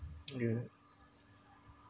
yeah